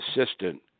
assistant